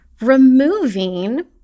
removing